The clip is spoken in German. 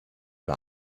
bei